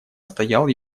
стоял